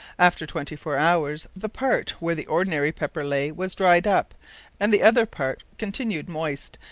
after twenty four hours, the part, where the ordinary pepper lay, was dryed up and the other part continued moist,